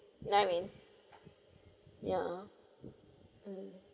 you know what I mean ya um